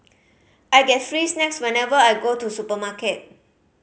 I get free snacks whenever I go to supermarket